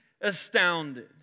astounded